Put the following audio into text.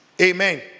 Amen